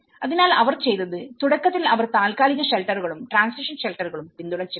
അതിനാൽ അവർ ചെയ്തത് തുടക്കത്തിൽ അവർ താൽക്കാലിക ഷെൽട്ടറുകളും ട്രാൻസിഷൻ ഷെൽട്ടറുകളുംപിന്തുണച്ചിരുന്നു